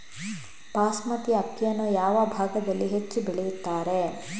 ಬಾಸ್ಮತಿ ಅಕ್ಕಿಯನ್ನು ಯಾವ ಭಾಗದಲ್ಲಿ ಹೆಚ್ಚು ಬೆಳೆಯುತ್ತಾರೆ?